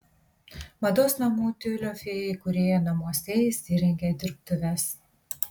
mados namų tiulio fėja įkūrėja namuose įsirengė dirbtuves